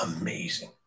amazing